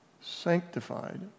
sanctified